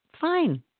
fine